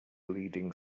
leading